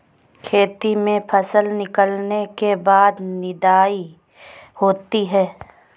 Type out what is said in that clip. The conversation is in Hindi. खेती में फसल निकलने के बाद निदाई होती हैं?